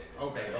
Okay